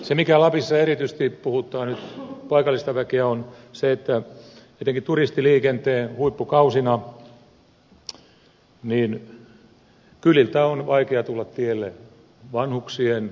se mikä lapissa erityisesti puhuttaa nyt paikallista väkeä on se että etenkin turistiliikenteen huippukausina vanhuksien lasten on vaikea tulla tielle kyliltä